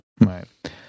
Right